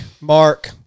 Mark